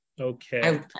Okay